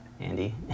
Andy